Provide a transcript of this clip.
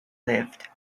lived